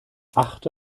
achte